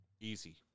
easy